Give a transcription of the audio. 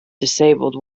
disabled